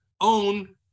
own